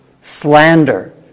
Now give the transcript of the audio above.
slander